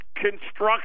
construction